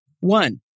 One